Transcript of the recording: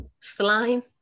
slime